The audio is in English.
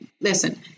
listen